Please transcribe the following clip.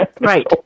Right